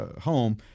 home